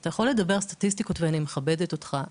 ואתה יכול לדבר על סטטיסטיקות ואני מכבדת אותך.